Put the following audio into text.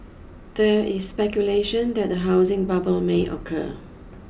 there is speculation that a housing bubble may occur